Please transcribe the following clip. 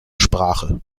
sprache